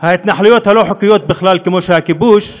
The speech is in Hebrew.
ההתנחלויות הלא-חוקיות כמו הכיבוש,